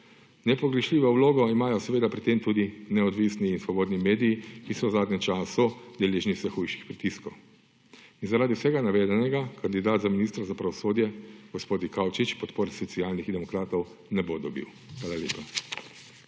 Nepogrešljivo vlogo imajo pri tem tudi neodvisni svobodni mediji, ki so v zadnjem času deležni vse hujših pritiskov. In zaradi vsega navedenega kandidat za ministra za pravosodje gospod Dikaučič podporo Socialnih demokratov ne bo dobil.